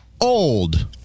Old